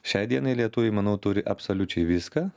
šiai dienai lietuviai manau turi absoliučiai viską